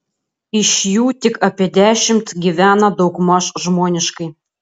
iš jų tik apie dešimt gyvena daugmaž žmoniškai